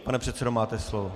Pane předsedo, máte slovo.